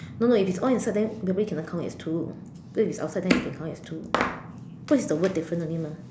no no if it's all inside then that way cannot count as two cause if it's outside then can count as two cause it's the word difference only mah